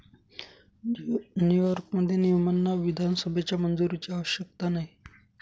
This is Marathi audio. न्यूयॉर्कमध्ये, नियमांना विधानसभेच्या मंजुरीची आवश्यकता नाही